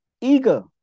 eager